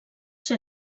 ser